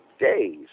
days